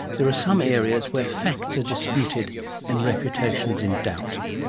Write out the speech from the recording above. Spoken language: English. there are some areas where facts are disputed and reputations in doubt.